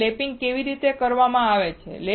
અથવા લેપિંગ કેવી રીતે કરવામાં આવે છે